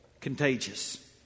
contagious